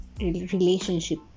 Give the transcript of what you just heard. relationship